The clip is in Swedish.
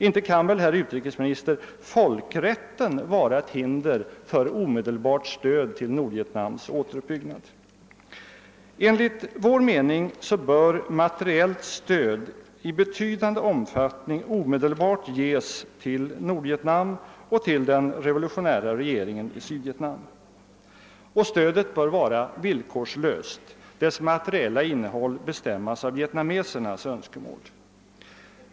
Inte kan väl, herr utrikesminister, folkrätten vara ett hinder för omedelbart stöd till Nordvietnams återuppbyggnad? Enligt vår mening bör materiellt stöd i betydande omfattning omedelbart ges till Nordvietnam och till den revolutionära regeringen i Sydvietnam och stödet bör vara villkorslöst, dess materiella innehåll bestämmas av vietnamesernas önskemål.